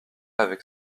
avec